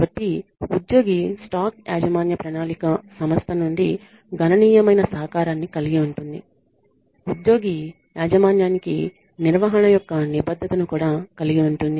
కాబట్టి ఉద్యోగి స్టాక్ యాజమాన్య ప్రణాళిక సంస్థ నుండి గణనీయమైన సహకారాన్ని కలిగి ఉంటుంది ఇది ఉద్యోగి యాజమాన్యానికి నిర్వహణ యొక్క నిబద్ధతను కూడా కలిగి ఉంటుంది